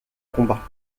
combat